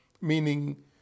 meaning